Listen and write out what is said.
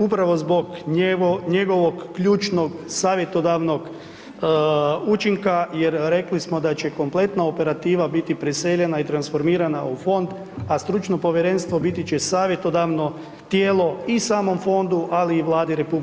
Upravo zbog njegovog ključnog savjetodavnog učinka jer rekli smo da će kompletna operativa biti preseljena i transformirana u fond, a stručno povjerenstvo biti će savjetodavno tijelo i samom fondu ali i Vladi RH,